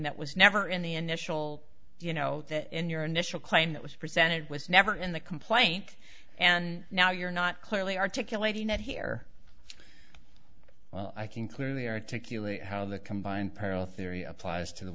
that was never in the initial you know that in your initial claim that was presented was never in the complaint and now you're not clearly articulating that here i can clearly articulate how the combined peril theory applies to the